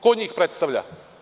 Ko njih predstavlja?